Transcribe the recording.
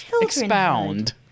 expound